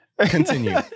Continue